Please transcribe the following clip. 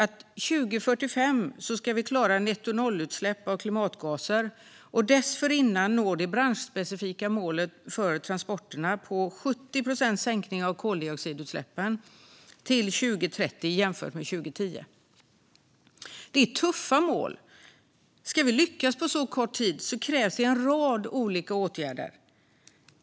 Till 2045 ska vi klara nettonollutsläpp av klimatgaser. Dessförinnan ska vi nå det branschspecifika målet för transporterna: 70 procents sänkning av koldioxidutsläppen till 2030 jämfört med 2010. Det är tuffa mål. Ska vi lyckas på så kort tid krävs det en rad olika åtgärder.